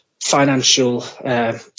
financial